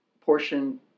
portion